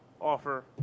offer